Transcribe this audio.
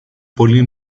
πολύ